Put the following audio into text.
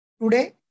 Today